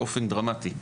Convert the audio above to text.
באופן דרמטי.